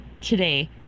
today